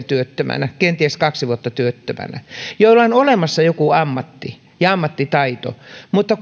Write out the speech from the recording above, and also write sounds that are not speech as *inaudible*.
*unintelligible* työttömänä kenties kaksi vuotta työttömänä joilla on olemassa joku ammatti ja ammattitaito mutta *unintelligible*